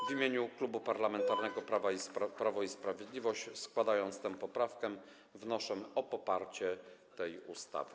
W imieniu Klubu Parlamentarnego Prawo i Sprawiedliwość, składając tę poprawkę, wnoszę o poparcie tej ustawy.